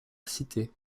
cité